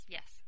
Yes